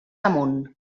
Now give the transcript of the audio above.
amunt